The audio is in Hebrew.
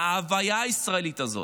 להוויה הישראלית הזאת,